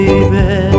baby